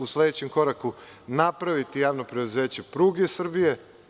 U sledećem koraku napraviti javno preduzeće – pruge Srbije.